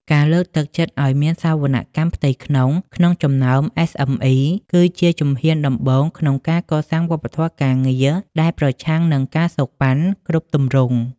ការលើកទឹកចិត្តឱ្យមាន "សវនកម្មផ្ទៃក្នុង" ក្នុងចំណោម SME គឺជាជំហានដំបូងក្នុងការកសាងវប្បធម៌ការងារដែលប្រឆាំងនឹង ការសូកប៉ាន់ គ្រប់ទម្រង់។